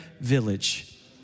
village